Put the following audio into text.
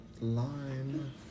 lime